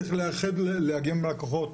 צריך לאחד ולאגם את הכוחות.